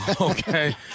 Okay